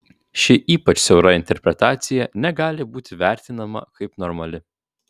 ši ypač siaura interpretacija negali būti vertinama kaip normali